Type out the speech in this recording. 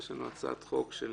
יש לנו הצעת חוק של